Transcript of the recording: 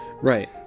Right